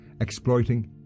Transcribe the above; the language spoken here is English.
Exploiting